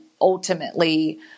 ultimately